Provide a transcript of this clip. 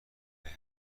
بهم